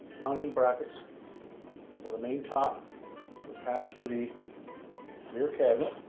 mounting brackets for the main top attached to the rear cabinet.